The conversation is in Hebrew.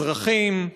אזרחים.